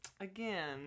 Again